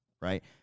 right